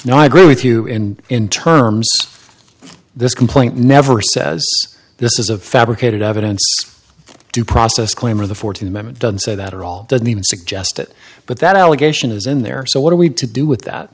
now i agree with you and in terms of this complaint never says this is a fabricated evidence due process claim or the fourth amendment doesn't say that or all doesn't even suggest it but that allegation is in there so what are we to do with that